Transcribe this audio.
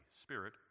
Spirit